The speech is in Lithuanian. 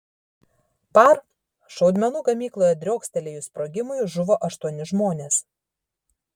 par šaudmenų gamykloje driokstelėjus sprogimui žuvo aštuoni žmonės